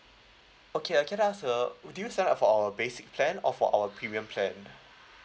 okay uh can I ask uh would you sign up for our basic plan or for our premium plan